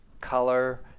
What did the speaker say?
color